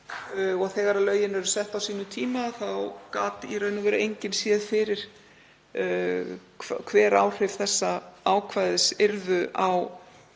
Þegar lögin voru sett á sínum tíma þá gat í raun og veru enginn séð fyrir hver áhrif þessa ákvæðis yrðu á